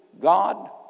God